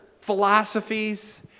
philosophies